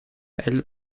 elle